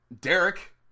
Derek